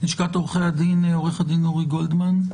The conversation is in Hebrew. מלשכת עורכי הדין עורך הדין אורי גולדמן,